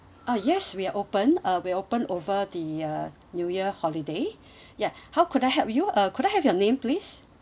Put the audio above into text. ah yes we are open uh we are open over the uh new year holiday ya how could I help you uh could I have your name please